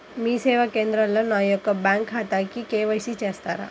మీ సేవా కేంద్రంలో నా యొక్క బ్యాంకు ఖాతాకి కే.వై.సి చేస్తారా?